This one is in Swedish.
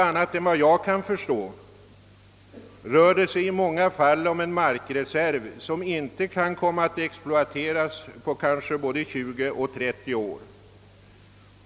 Såvitt jag kan förstå rör det sig i många fall om markreserver som inte kan komma att exploateras på 20 å 30 år.